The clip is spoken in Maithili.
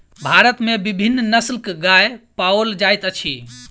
भारत में विभिन्न नस्लक गाय पाओल जाइत अछि